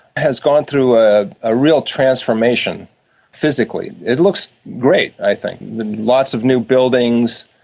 has gone through a ah real transformation physically. it looks great i think, lots of new buildings,